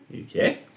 Okay